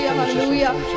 Hallelujah